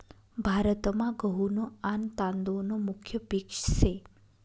भारतमा गहू न आन तादुळ न मुख्य पिक से